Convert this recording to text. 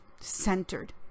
centered